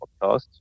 podcast